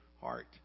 heart